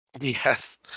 Yes